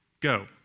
Go